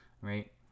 right